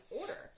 order